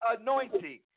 anointing